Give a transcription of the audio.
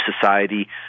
society